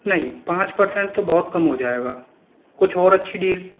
नहीं पाँच परसेंट तो बहुत कम हो जाएगा कुछ और अच्छी डील